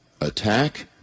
attack